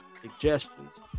suggestions